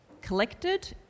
collected